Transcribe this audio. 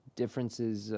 differences